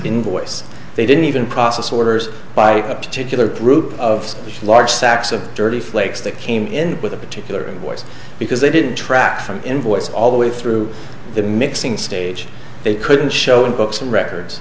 invoice they didn't even process orders by a particular group of large sacks of dirty flakes that came in with a particular boys because they didn't track from invoice all the way through the mixing stage they couldn't show in books and records